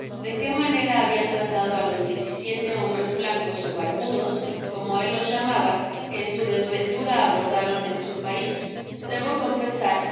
de qué manera habian tratado á los diez y siete hombres blancos ó barbudos como él los llamaba que en su desventura abordaron en su pais